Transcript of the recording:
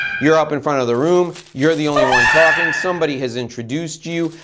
you're up in front of the room, you're the only one talking, somebody has introduced you,